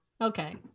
Okay